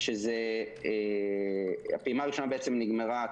הפעימה הראשונה נגמרה.